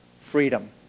freedom